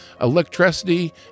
electricity